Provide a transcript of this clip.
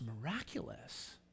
miraculous